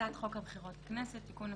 הצעת חוק הבחירות לכנסת (תיקון,